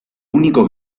único